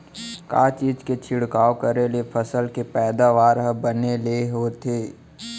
का चीज के छिड़काव करें ले फसल के पैदावार ह बने ले होथे?